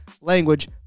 language